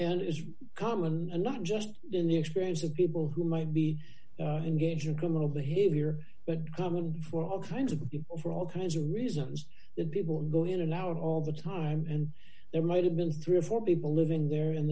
and it is common and not just in the experience of people who might be engaged in criminal behavior but common for all kinds of people for all kinds of reasons that people go in and out all the time and there might have been three or four people living there in